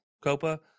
Copa